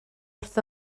wrth